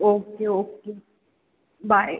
okay okay by